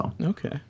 Okay